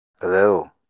Hello